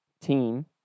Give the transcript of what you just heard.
team